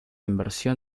inversión